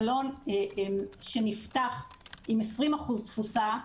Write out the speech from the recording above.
מלון שנפתח עם 20% תפוסה,